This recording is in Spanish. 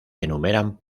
enumeran